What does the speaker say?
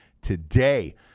today